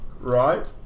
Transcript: right